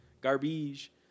Garbage